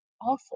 awful